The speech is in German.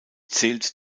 zählt